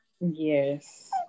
Yes